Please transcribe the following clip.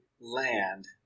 land